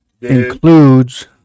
includes